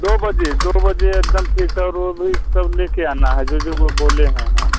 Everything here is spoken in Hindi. दो बजे दो बजे एक दम फिर सर वो भी सब ले के आना है जो जो वो बोले हैं हम